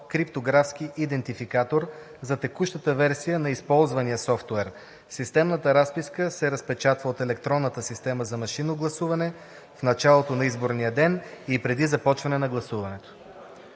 криптографски идентификатор, за текущата версия на използвания софтуер. Системната разписка се разпечатва от електронната система за машинно гласуване в началото на изборния ден и преди започване на гласуването.“